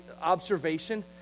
observation